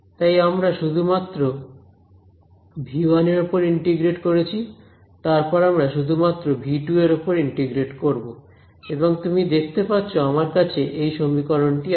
তাই আমরা শুধুমাত্র V 1 এর ওপর ইন্টিগ্রেট করেছি তারপর আমরা শুধুমাত্র V 2 এর ওপর ইন্টিগ্রেট করব এবং তুমি দেখতে পাচ্ছো আমার কাছে এই সমীকরণটি আছে